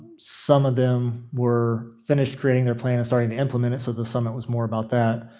some of them were finished creating their plan and starting to implement it, so the summit was more about that.